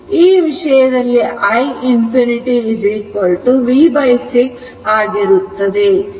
ಈ ವಿಷಯದಲ್ಲಿ i ∞ v6 ಆಗುತ್ತದೆ